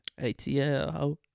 ATL